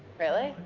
really?